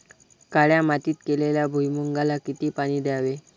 काळ्या मातीत केलेल्या भुईमूगाला किती पाणी द्यावे?